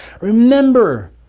remember